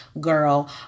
girl